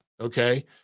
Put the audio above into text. okay